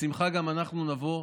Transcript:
בשמחה גם אנחנו נבוא.